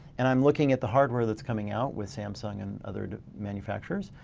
and i'm looking at the hardware that's coming out with samsung and other manufacturers.